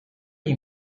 you